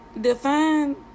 define